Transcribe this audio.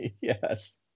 Yes